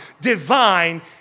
divine